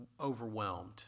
overwhelmed